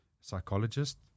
psychologist